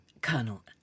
Colonel